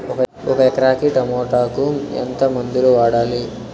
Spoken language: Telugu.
ఒక ఎకరాకి టమోటా కు ఎంత మందులు వాడాలి?